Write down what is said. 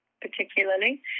particularly